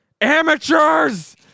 Amateurs